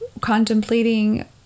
contemplating